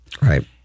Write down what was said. Right